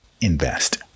invest